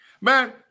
Man